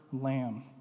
lamb